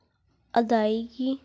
ਅਦਾਇਗੀ